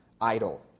idle